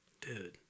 dude